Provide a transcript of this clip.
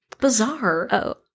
Bizarre